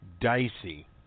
dicey